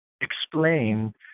explain